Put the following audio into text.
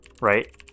right